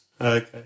Okay